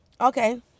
Okay